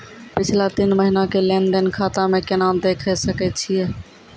पिछला तीन महिना के लेंन देंन खाता मे केना देखे सकय छियै?